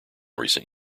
recent